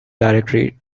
directory